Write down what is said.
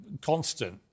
constant